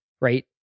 right